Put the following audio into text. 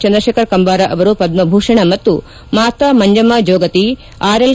ಚಂದ್ರಶೇಖರ್ ಕಂಬಾರ ಅವರು ಪದ್ಮ ಭೂಷಣ ಮತ್ತು ಮಾತಾ ಮಂಜಮ್ಮ ಜೋಗತಿ ಅರ್ಎಲ್